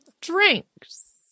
drinks